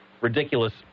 ridiculous